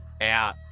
out